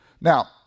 Now